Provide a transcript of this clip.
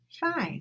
five